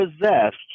possessed